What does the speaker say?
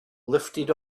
lifted